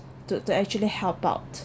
to to actually help out